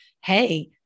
Hey